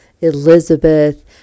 Elizabeth